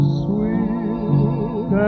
sweet